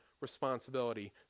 responsibility